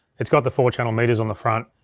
it's got the four channel meters on the front.